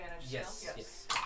yes